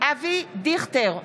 אבי דיכטר,